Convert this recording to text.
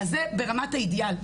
זה ברמת האידיאל.